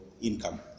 income